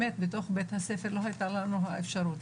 באמת בתוך בית הספר לא היתה לנו האפשרות.